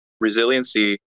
resiliency